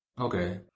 Okay